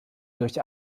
durch